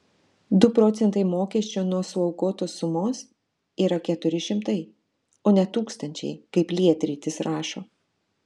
du procentai mokesčio nuo suaukotos sumos yra keturi šimtai o ne tūkstančiai kaip lietrytis rašo